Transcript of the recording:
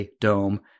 dome